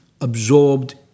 absorbed